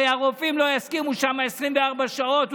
הרי הרופאים לא יסכימו להיות שם 24 שעות,